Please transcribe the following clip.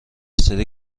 سری